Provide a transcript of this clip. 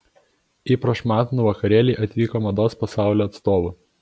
į prašmatnų vakarėlį atvyko mados pasaulio atstovų